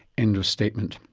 end of statement.